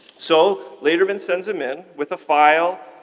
so lederman sends him in with a file,